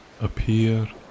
appear